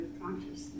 consciousness